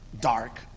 dark